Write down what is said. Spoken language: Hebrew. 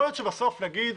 יכול להיות שבסוף נגיד